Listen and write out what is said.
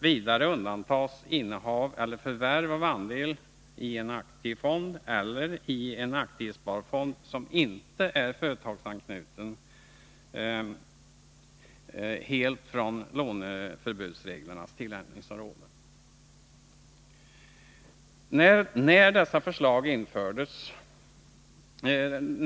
Vidare undantas helt från låneförbudsreglernas tillämpningsområde innehav eller förvärv av andel i en aktiefond eller i en aktiesparfond som inte är företagsanknuten.